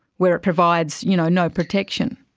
where it provides you know no protection?